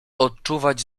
odczuwać